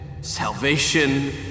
Salvation